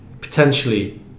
potentially